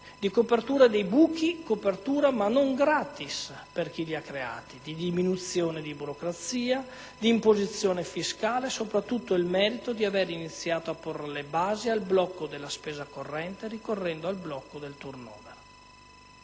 di copertura dei buchi, ma non *gratis* per chi li ha creati, di diminuzione di burocrazia, di imposizione fiscale, soprattutto il merito dell'aver iniziato a porre le basi al blocco della spesa corrente ricorrendo al blocco del *turnover.*